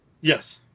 Yes